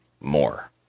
more